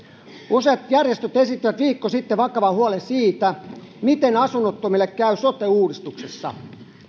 useat järjestöt esittivät viikko sitten vakavan huolen siitä miten asunnottomille käy sote uudistuksessa